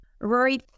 rory